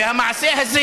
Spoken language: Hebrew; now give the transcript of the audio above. והמעשה הזה